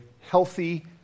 healthy